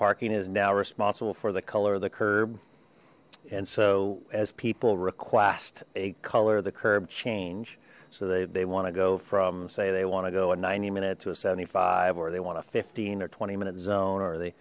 parking is now responsible for the color of the curb and so as people request a color the curb change so they want to go from say they want to go a ninety minute to a seventy five or they want a fifteen or twenty minutes zone or they